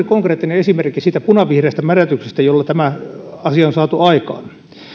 konkreettinen esimerkki siitä punavihreästä mädätyksestä jolla tämä asia on saatu aikaan